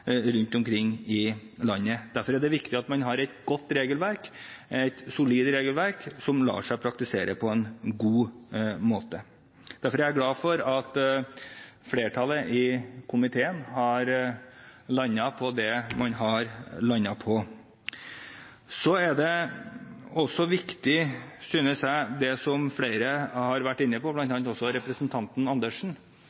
rundt omkring i landet. Derfor er det viktig at man har et godt regelverk, et solid regelverk, som lar seg praktisere på en god måte, og derfor er jeg glad for at flertallet i komiteen har landet på det man har landet på. Så er det også viktig, synes jeg, det som flere har vært inne på, bl.a. representanten Dag Terje Andersen,